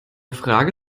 frage